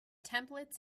templates